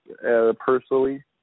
personally